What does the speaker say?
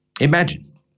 Imagine